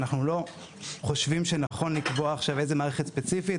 אנחנו לא חושבים שנכון לקבוע עכשיו איזו מערכת ספציפית.